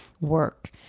work